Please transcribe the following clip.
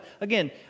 Again